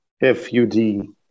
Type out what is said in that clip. F-U-D